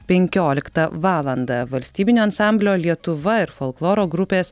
penkioliktą valandą valstybinio ansamblio lietuva ir folkloro grupės